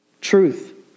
Truth